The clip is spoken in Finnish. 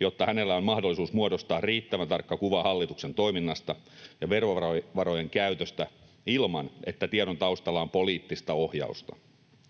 jotta hänellä on mahdollisuus muodostaa riittävän tarkka kuva hallituksen toiminnasta ja verovarojen käytöstä ilman, että tiedon taustalla on poliittista ohjausta.